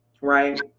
right